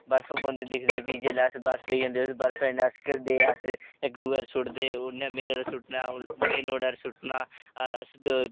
बर्फ पौंदी दिखदे फ्ही जे जेहले उत्थै बर्फ पेई जंदी ते ओले अस बर्फे कन्नै अस खेलदे अस इक दुए रा सुटदे उनें मेरे उप्पर सु'ट्टना में नुआढ़े रा सु'ट्टना अस